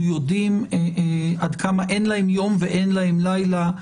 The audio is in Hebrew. אנחנו יודעים עד כמה אין להם יום ואין להם לילה.